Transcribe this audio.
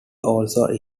also